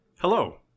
Hello